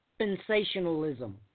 sensationalism